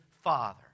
father